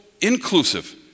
inclusive